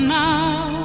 now